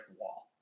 wall